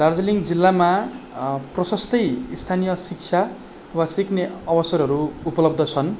दार्जिलिङ जिल्लामा प्रशस्तै स्थानीय शिक्षा वा सिक्ने अवसरहरू उपलब्ध छन्